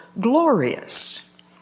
glorious